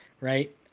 right